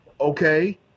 Okay